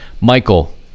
Michael